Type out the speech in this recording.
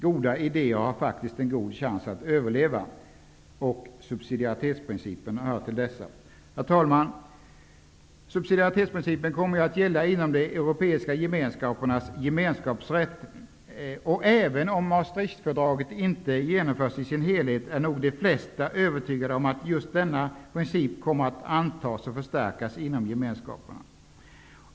Goda idéer har faktiskt en god chans att överleva. Subsidiaritetsprincipen hör till dessa. Herr talman! Subsidiaritetsprincipen kommer ju att gälla inom de europeiska gemenskapernas gemenskapsrätt. Även om Maastrichtfördraget inte genomförs i sin helhet, är nog de flesta övertygade om just denna princip kommer att antas och förstärkas inom gemenskaperna.